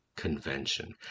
convention